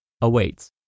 awaits